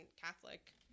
catholic